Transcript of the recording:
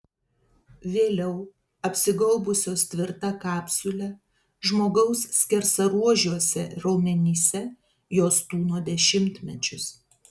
vėliau apsigaubusios tvirta kapsule žmogaus skersaruožiuose raumenyse jos tūno dešimtmečius